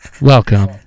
Welcome